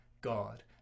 God